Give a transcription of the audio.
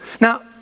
Now